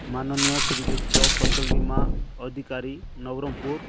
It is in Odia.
ମାନନୀୟ ଶ୍ରୀଯୁକ୍ତ ଫସଲ ବୀମା ଅଧିକାରୀ ନବରଙ୍ଗପୁର